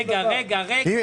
רגע, רגע, רגע.